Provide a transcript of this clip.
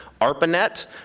ARPANET